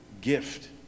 gift